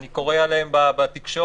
אני קורא עליהם בתקשורת,